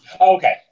Okay